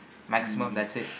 maximum that's it